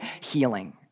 healing